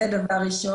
זה דבר ראשון.